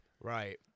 Right